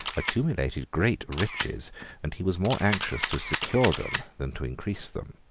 accumulated great riches and he was more anxious to secure them than to increase them.